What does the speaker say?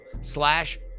slash